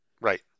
right